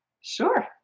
Sure